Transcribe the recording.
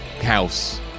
house